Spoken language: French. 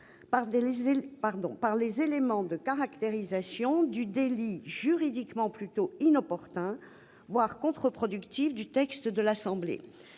par les éléments de caractérisation du délit juridiquement plutôt inopportuns, voire contre-productifs du texte de l'Assemblée